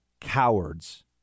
cowards